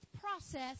process